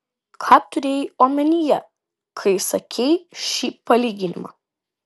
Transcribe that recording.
ką turėjai omenyje kai sakei šį palyginimą